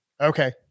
Okay